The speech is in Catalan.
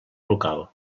local